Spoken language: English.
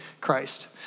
Christ